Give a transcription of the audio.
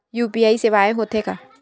UPI सेवाएं हो थे का?